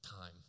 time